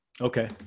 Okay